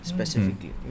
Specifically